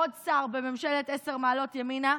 עוד שר בממשלת עשר מעלות ימינה,